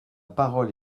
parole